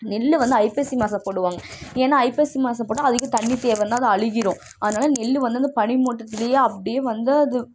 நெல்லு வந்து ஐப்பசி மாசம் போடுவாங்க ஏன்னால் ஐப்பசி மாசம் போட்டால் அதிக தண்ணி தேவைன்னா அது அழுகிடும் அதனால் நெல்லு வந்து அந்த பனிமூட்டத்துலேயே அப்டி வந்து அது